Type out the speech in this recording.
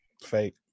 Fake